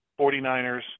49ers